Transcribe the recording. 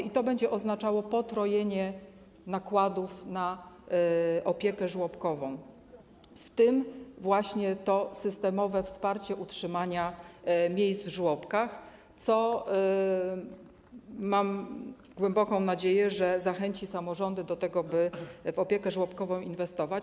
I to będzie oznaczało potrojenie nakładów na opiekę żłobkową, w tym właśnie to systemowe wsparcie utrzymania miejsc w żłobkach, mam głęboką nadzieję, zachęci samorządy do tego, by w opiekę żłobkową inwestować.